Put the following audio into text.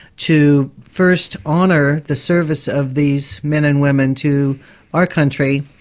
to first honour the service of these men and women to our country,